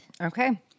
Okay